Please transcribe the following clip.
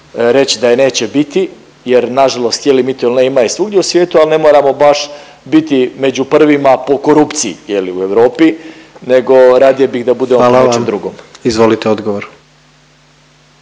reći da je neće biti, jer na žalost htjeli mi to ili ne ima je svugdje u svijetu, ali ne moramo baš biti među prvima po korupciji je li u Europi, nego radije bih da bude o nečem drugom. **Jandroković, Gordan